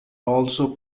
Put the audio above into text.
also